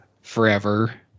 forever